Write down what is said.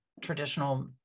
traditional